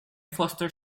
foster